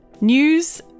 news